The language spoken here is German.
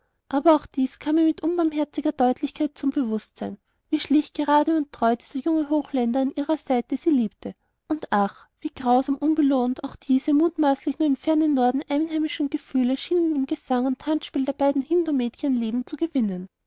aber auch dies kam ihr mit unbarmherziger deutlichkeit zum bewußtsein wie schlicht gerade und treu dieser junge hochländer an ihrer seite sie liebte und ach wie grausam unbelohnt auch diese mutmaßlich nur im fernen norden einheimischen gefühle schienen im gesang und tanzspiel der beiden hindumädchen leben zu gewinnen